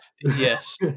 Yes